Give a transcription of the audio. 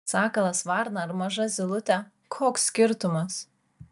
sakalas varna ar maža zylutė koks skirtumas